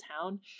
town